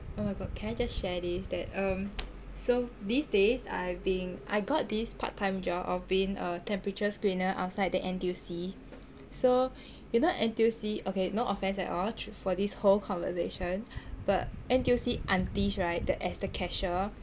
oh my god can I just share this that um so these days I've been I got this part time job of being a temperature screener outside the N_T_U_C so you know N_T_U_C okay no offence at all for this whole conversation but N_T_U_C aunties right the as the cashier